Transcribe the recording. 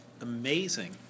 amazing